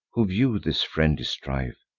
who view this friendly strife,